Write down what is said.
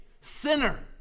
sinner